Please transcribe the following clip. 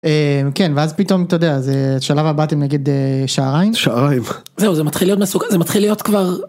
כן ואז פתאום אתה יודע את שלב הבא אתם נגד שעריים שערים זה מתחיל להיות מסוגל מתחיל להיות כבר.